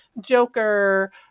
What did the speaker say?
Joker